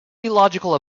illogical